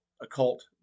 occult